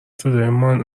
صدایمان